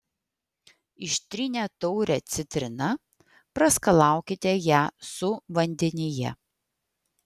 ištrynę taurę citrina praskalaukite ją su vandenyje